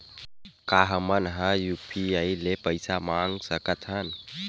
का हमन ह यू.पी.आई ले पईसा मंगा सकत हन?